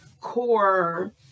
core